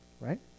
right